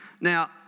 Now